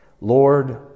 Lord